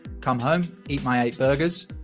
come home, eat my burgers,